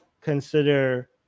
consider